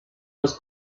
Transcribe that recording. los